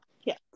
Yes